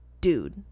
dude